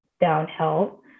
downhill